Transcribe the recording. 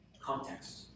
Context